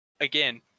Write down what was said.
Again